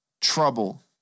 trouble